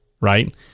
right